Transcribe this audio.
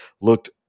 looked